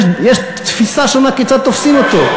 יש תפיסה שונה כיצד תופסים אותו.